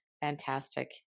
fantastic